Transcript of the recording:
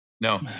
No